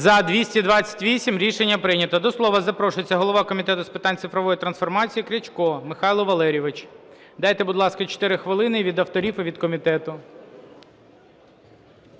За-228 Рішення прийнято. До слова запрошується голова Комітету з питань цифрової трансформації Крячко Михайло Валерійович. Дайте, будь ласка, 4 хвилини – від авторів і від комітету.